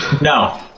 No